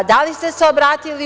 Da li ste se obratili UN?